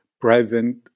present